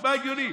נשמע הגיוני,